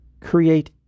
create